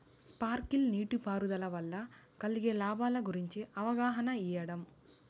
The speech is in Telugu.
స్పార్కిల్ నీటిపారుదల వల్ల కలిగే లాభాల గురించి అవగాహన ఇయ్యడం?